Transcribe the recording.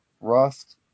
Rust